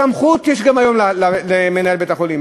סמכות יש גם היום למנהל בית-החולים.